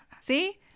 see